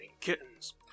Kittens